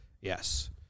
Yes